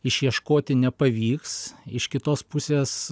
išieškoti nepavyks iš kitos pusės